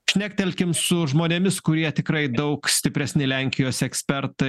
šnektelkim su žmonėmis kurie tikrai daug stipresni lenkijos ekspertai